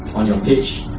on your page,